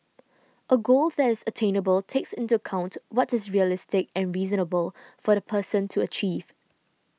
a goal that is attainable takes into account what is realistic and reasonable for the person to achieve